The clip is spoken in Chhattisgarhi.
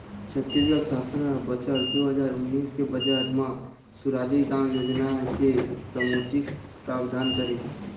छत्तीसगढ़ सासन ह बछर दू हजार उन्नीस के बजट म सुराजी गाँव योजना के समुचित प्रावधान करिस